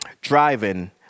driving